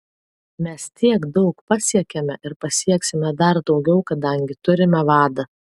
mes tiek daug pasiekėme ir pasieksime dar daugiau kadangi turime vadą